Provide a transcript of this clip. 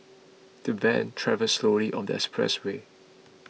the van travelled slowly on the expressway